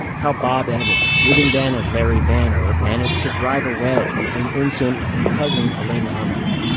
how bob evans, living then as larry vanner, managed to drive a wedge between eunsoon and her cousin, elaine ramos.